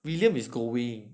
william is going